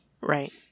Right